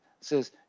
says